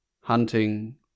hunting